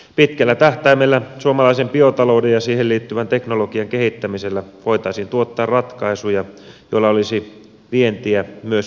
pitkällä tähtäimellä suomalaisen biotalouden ja siihen liittyvän teknologian kehittämisellä voitaisiin tuottaa ratkaisuja joilla olisi vientiä myös maailmalla